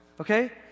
okay